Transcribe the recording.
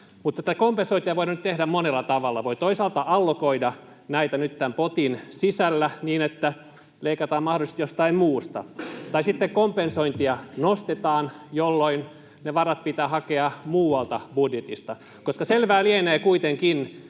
Tätä kompensointia voidaan nyt tehdä monella tavalla. Voi toisaalta allokoida näitä nyt tämän potin sisällä niin, että leikataan mahdollisesti jostain muusta, tai sitten kompensointia nostetaan, jolloin ne varat pitää hakea muualta budjetista, koska selvää lienee kuitenkin,